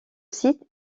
site